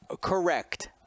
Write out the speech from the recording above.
Correct